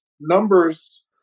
numbers